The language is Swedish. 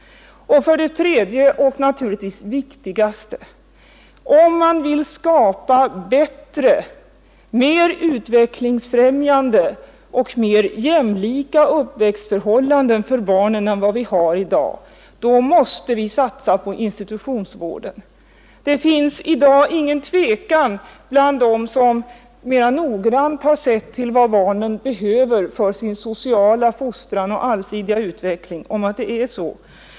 För det tredje — och detta är anturligtvis det viktigaste — om man vill skapa bättre, mer utvecklingsfrämjande och mer jämlika uppväxtförhållanden för barnen än vad vi har i dag, så måste man satsa på institutionsvård. Det råder i dag inget tvivel bland dem som mera noggrant sett till vad barnen behöver för sin sociala fostran och allsidiga utveckling om att det är så.